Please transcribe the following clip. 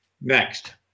Next